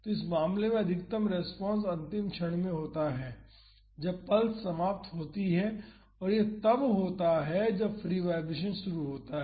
तो इस मामले में अधिकतम रेस्पॉन्स अंतिम क्षण में होता है जब पल्स समाप्त होती है और वह तब होता है जब फ्री वाईब्रेशन शुरू होता है